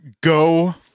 Go